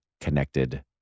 connected